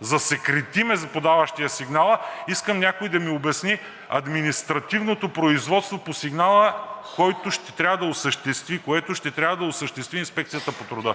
засекретим подаващия сигнала, искам някой да ми обясни административното производство по сигнала, което ще трябва да осъществи Инспекцията по труда.